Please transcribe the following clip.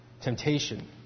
temptation